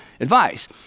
advice